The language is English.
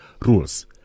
rules